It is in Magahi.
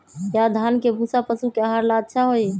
या धान के भूसा पशु के आहार ला अच्छा होई?